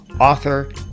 author